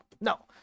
no